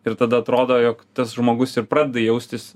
ir tada atrodo jog tas žmogus ir pradeda jaustis